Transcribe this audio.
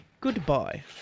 Goodbye